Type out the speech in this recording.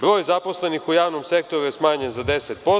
Broj zaposlenih u javnom sektoru je smanjen za 10%